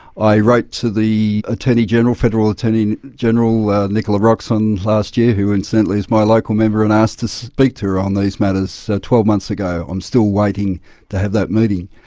i wrote to the attorney general, federal attorney general nicola roxon last year, who incidentally is my local member and asked to speak to her on these matters twelve moths ago. i'm still waiting to have that meeting.